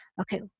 okay